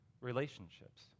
relationships